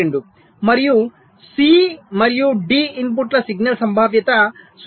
2 మరియు సి మరియు డి ఇన్పుట్ల సిగ్నల్ సంభావ్యత 0